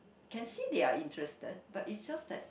can see they are interested but it's just that